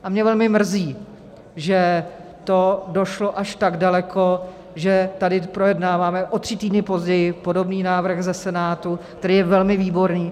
A mě velmi mrzí, že to došlo až tak daleko, že tady projednáváme o tři týdny později podobný návrh ze Senátu, který je velmi výborný.